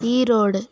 Erode